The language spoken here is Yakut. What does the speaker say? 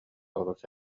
олус